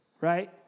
Right